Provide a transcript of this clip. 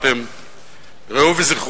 "לא הרמתי את